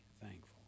thankful